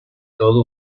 todo